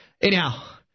Anyhow